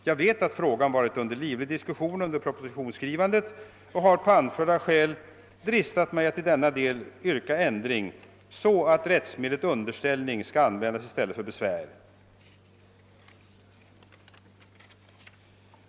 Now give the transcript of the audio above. Jag vet att denna fråga diskuterades livligt under propositionsskrivandet, och jag har på anförda skäl dristat mig att i denna del yrka ändring, så att underställning skall användas som rättsmedel i stället för besvär.